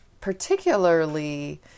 particularly